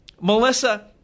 Melissa